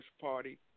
party